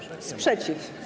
Sprzeciw.